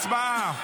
הצבעה.